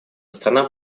страна